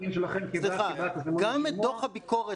גם את דוח הביקורת